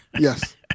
Yes